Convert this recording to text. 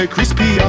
Crispy